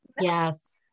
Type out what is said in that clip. yes